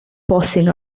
pausing